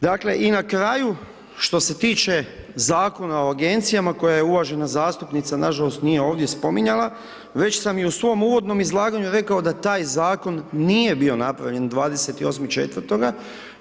Dakle i na kraju što se tiče Zakona o agencijama koje je uvažana zastupnica, nažalost nije ovdje, spominjala, već sam joj i u svom uvodnom izlaganju rekao da taj zakon nije bio napravljen 28.4.